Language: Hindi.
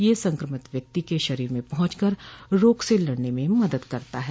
यह संक्रमित व्यक्ति के शरीर में पहुँच कर रोग से लड़ने में मदद करता है